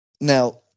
Now